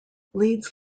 leeds